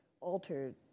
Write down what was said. altered